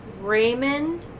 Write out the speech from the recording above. Raymond